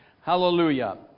Hallelujah